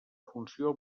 funció